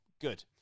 good